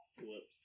Whoops